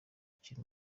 ukiri